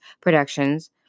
productions